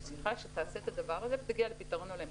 שיחה שתעשה את הדבר הזה ותגיע לפתרון הולם.